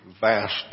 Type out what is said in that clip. vast